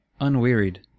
unwearied